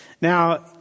Now